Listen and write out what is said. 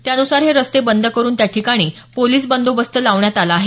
त्यानुसार हे रस्ते बंद करून त्या ठिकाणी पोलिस बंदोबस्त लावण्यात आला आहे